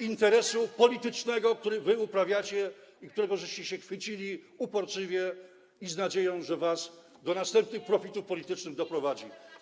interesu politycznego, który wy ubijacie i którego się chwyciliście uporczywie z nadzieją, że was do następnych profitów politycznych doprowadzi.